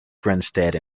grinstead